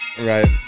Right